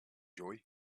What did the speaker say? joy